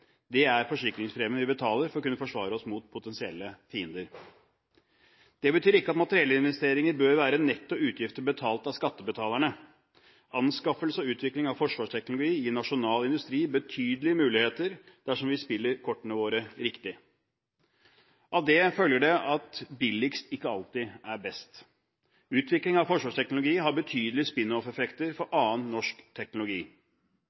det er forsikringspremien vi betaler for å kunne forsvare oss mot potensielle fiender. Det betyr ikke at materiellinvesteringer bør være netto utgifter betalt av skattebetalerne. Anskaffelse og utvikling av forsvarsteknologi gir nasjonal industri betydelige muligheter dersom vi spiller kortene våre riktig. Av det følger det at billigst ikke alltid er best. Utvikling av forsvarsteknologi har betydelige spin-off-effekter for annen norsk teknologi.